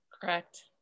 Correct